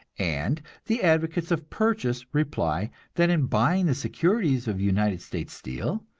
and the advocates of purchase reply that in buying the securities of united states steel,